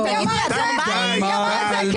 מי אמר את זה?